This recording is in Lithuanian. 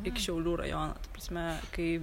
iki šiaulių rajono ta prasme kai